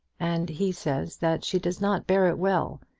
and he says that she does not bear it well.